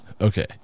Okay